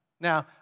Now